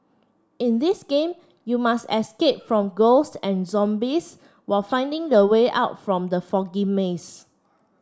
in this game you must escape from ghost and zombies while finding the way out from the foggy maze